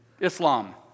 Islam